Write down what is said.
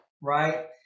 right